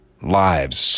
lives